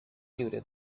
lliure